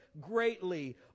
greatly